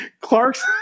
Clark's